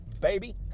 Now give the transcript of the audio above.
baby